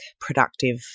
productive